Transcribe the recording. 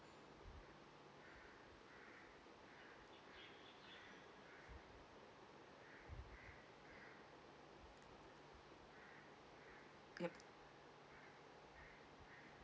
yup